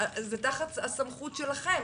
זה תחת הסמכות שלכם.